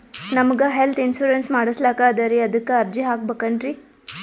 ನಮಗ health insurance ಮಾಡಸ್ಲಾಕ ಅದರಿ ಅದಕ್ಕ ಅರ್ಜಿ ಹಾಕಬಕೇನ್ರಿ?